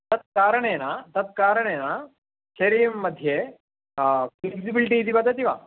तत् कारणेन तत् कारणेन शरीरं मध्ये फ़िक्सिबिलिटि इति वदति वा